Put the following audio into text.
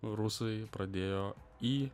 rusai pradėjo į